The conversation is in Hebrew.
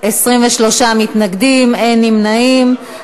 23 מתנגדים, אין נמנעים.